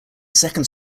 second